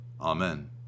Amen